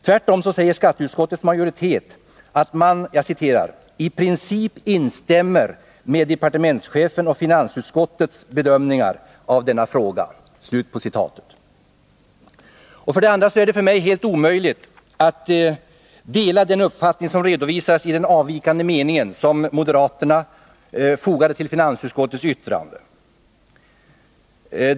Tvärtom säger skatteutskottets majoritet att man ”i princip instämmer i departementschefens och finansutskottets bedömningar av denna fråga”. För det andra är det för mig helt omöjligt att dela den uppfattning som redovisas i den avvikande mening som moderaterna fogade till finansutskottets yttrande.